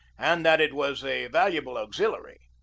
and that it was a valuable auxiliary,